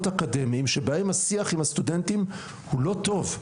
אקדמיים שבהם השיח עם הסטודנטים הוא לא טוב,